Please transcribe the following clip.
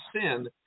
sin